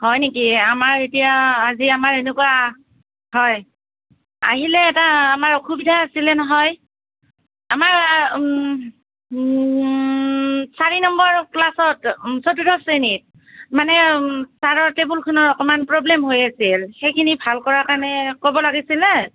হয় নেকি আমাৰ এতিয়া আজি আমাৰ এনেকুৱা হয় আহিলে এটা আমাৰ অসুবিধা আছিলে নহয় আমাৰ চাৰি নম্বৰ ক্লাছত চতুৰ্থ শ্ৰেণীত মানে চাৰৰ টেবুলখনত অকণমান প্ৰব্লেম হৈ আছিল সেইখিনি ভাল কৰাৰ কাৰণে ক'ব লাগিছিলে